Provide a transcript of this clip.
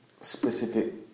specific